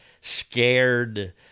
scared